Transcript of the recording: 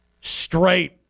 straight